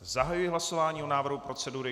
Zahajuji hlasování o návrhu procedury.